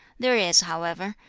there is, however,